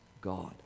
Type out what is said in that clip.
God